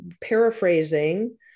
paraphrasing